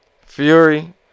Fury